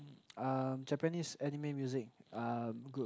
uh Japanese Anime Music um group